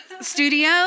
Studio